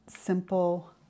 simple